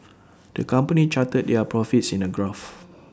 the company charted their profits in A graph